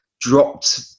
dropped